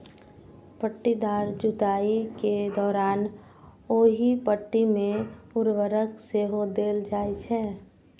पट्टीदार जुताइ के दौरान ओहि पट्टी मे उर्वरक सेहो देल जाइ छै